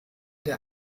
der